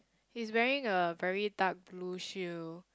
he's wearing a very dark blue shoe